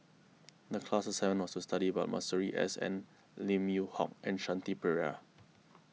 the class assignment was to study about Masuri S N Lim Yew Hock and Shanti Pereira